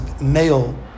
male